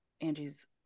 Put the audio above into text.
angie's